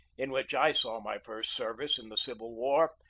in which i saw my first service in the civil war,